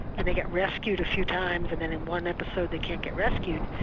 and they get rescued a few times and then in one episode they can't get rescued.